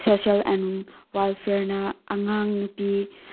social and ꯋꯦꯜꯐꯤꯌꯥꯔꯅ ꯑꯉꯥꯡ ꯅꯨꯄꯤ